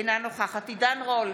אינה נוכחת עידן רול,